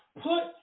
Put